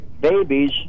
babies